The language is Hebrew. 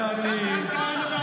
זה אני,